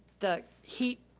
the heat